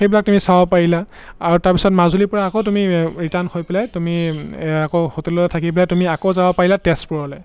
সেইবিলাক তুমি চাব পাৰিলা আৰু তাৰপিছত মাজুলীৰ পৰা আকৌ তুমি ৰিটাৰ্ণ হৈ পেলাই তুমি আকৌ হোটেলত থাকি পেলাই তুমি আকৌ যাব পাৰিলা তেজপুৰলৈ